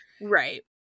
Right